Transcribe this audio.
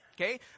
okay